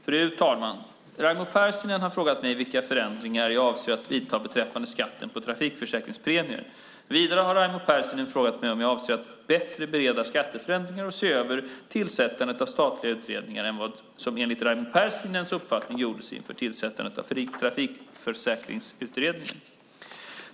Fru talman! Raimo Pärssinen har frågat mig vilka förändringar jag avser att vidta beträffande skatten på trafikförsäkringspremier. Vidare har Raimo Pärssinen frågat om jag avser att bättre bereda skatteförändringar och att se över tillsättandet av statliga utredningar än vad som enligt Raimo Pärssinens uppfattning gjordes inför tillsättandet av Trafikförsäkringsutredningen.